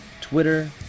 Twitter